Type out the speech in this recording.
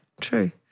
True